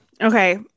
Okay